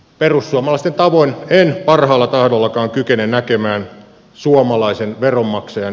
perussuomalaisten tavoin en parhaalla tahdollakaan kykene näkemään suomalaisen veronmaksajan